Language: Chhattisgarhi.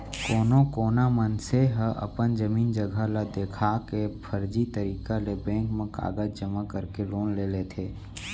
कोनो कोना मनसे ह अपन जमीन जघा ल देखा के फरजी तरीका ले बेंक म कागज जमा करके लोन ले लेथे